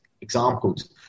examples